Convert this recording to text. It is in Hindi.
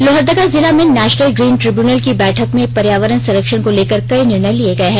लोहरदगा जिला में नेशनल ग्रीन ट्रिब्यूनल की बैठक में पर्यावरण संरक्षण को लेकर कई निर्णय लिए गए हैं